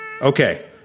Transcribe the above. Okay